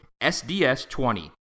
SDS20